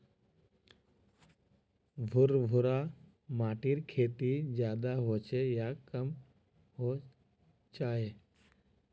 भुर भुरा माटिर खेती ज्यादा होचे या कम होचए?